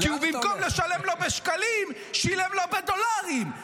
כי במקום לשלם לו בשקלים הוא שילם לו בדולרים.